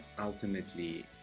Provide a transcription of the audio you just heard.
ultimately